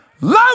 Love